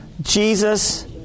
Jesus